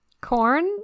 corn